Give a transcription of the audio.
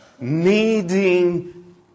needing